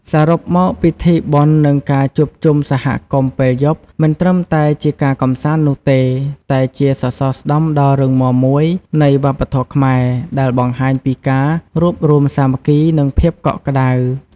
សរុបមក ពិធីបុណ្យនិងការជួបជុំសហគមន៍ពេលយប់ មិនត្រឹមតែជាការកម្សាន្តនោះទេ តែជាសសរស្តម្ភដ៏រឹងមាំមួយនៃវប្បធម៌ខ្មែរដែលបង្ហាញពីការរួបរួមសាមគ្គី និងភាពកក់ក្ដៅ។